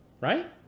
Right